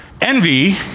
envy